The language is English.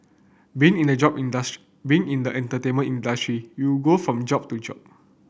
being in the job industry being in the entertainment industry you go from job to job